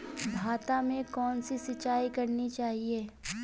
भाता में कौन सी सिंचाई करनी चाहिये?